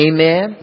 Amen